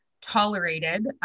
tolerated